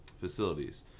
facilities